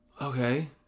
Okay